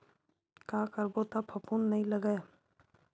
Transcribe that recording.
का करबो त फफूंद नहीं लगय?